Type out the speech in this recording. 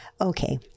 Okay